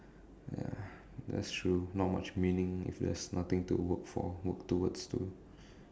ya that's true not much meaning if there's nothing to work for work towards to